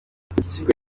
ikigo